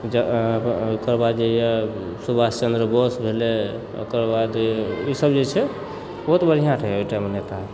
जे ओकर बाद जे यऽ सुभाषचन्द्र बोस भेलथि ओकर बाद ई सब जे छथि बहुत बढ़िआँ रहै ओइ टाइममे